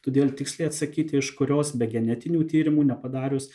todėl tiksliai atsakyti iš kurios be genetinių tyrimų nepadarius